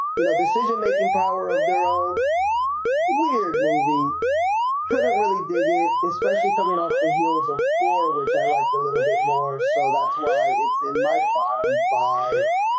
you know decision-making power of their own weird movie couldn't really dig it, especially coming off the heels of four, which i liked a little bit more. so that's why it's in my five and five